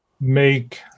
make